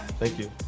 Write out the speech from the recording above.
thank you.